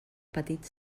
petit